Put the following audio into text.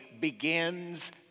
begins